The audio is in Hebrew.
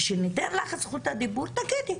כשניתן לך את זכות הדיבור תגידי.